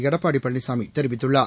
எடப்பாடி பழனிசாமி தெரிவித்துள்ளார்